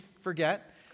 forget